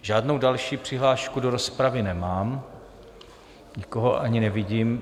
Žádnou další přihlášku do rozpravy nemám, nikoho ani nevidím.